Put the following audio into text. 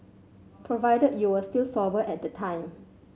provided you were still sober at the time